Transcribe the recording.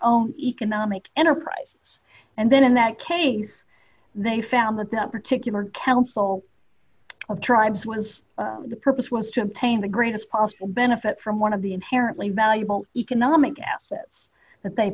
own economic enterprise and then in that case they found that that particular council of tribes was the purpose was to obtain the greatest possible benefit from one of the inherently valuable economic assets that they